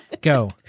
Go